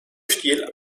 stil